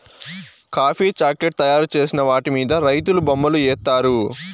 coffee chocolate తయారు చేసిన వాటి మీద రైతులు బొమ్మలు ఏత్తారు